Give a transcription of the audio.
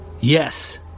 Yes